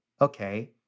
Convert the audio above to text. okay